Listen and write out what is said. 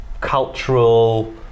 cultural